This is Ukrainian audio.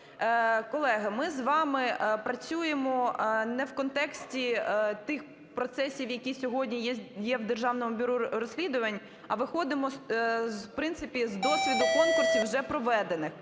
Колеги, ми з вами працюємо не в контексті тих процесів, які сьогодні є в Державному бюро розслідувань, а виходимо в принципі з досвіду конкурсів вже проведених.